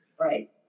Right